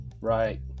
Right